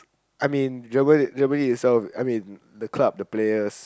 I mean Germa~ Germany itself I mean the club the players